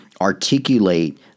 articulate